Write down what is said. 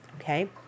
Okay